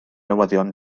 newyddion